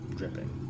dripping